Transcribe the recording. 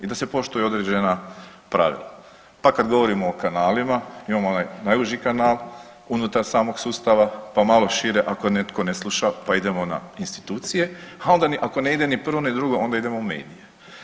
I da se poštuju određena pravila, pa kad govorimo o kanalima imamo onaj najuži kanal unutar samog sustava, pa malo šire ako netko ne sluša pa idemo na institucije, a onda ako ne ide ni prvo ni drugo onda idemo u medije.